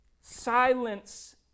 silence